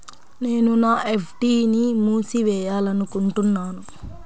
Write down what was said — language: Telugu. నేను నా ఎఫ్.డీ ని మూసివేయాలనుకుంటున్నాను